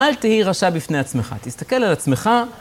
אל תהי רעש בפני עצמך, תסתכל על עצמך.